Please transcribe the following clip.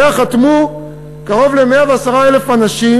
שעליה כבר חתמו קרוב ל-110,000 אנשים,